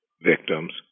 victims